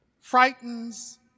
frightens